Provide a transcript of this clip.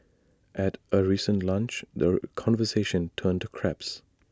at A recent lunch the conversation turned to crabs